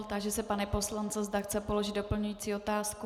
Táži se pana poslance, zda chce položit doplňující otázku.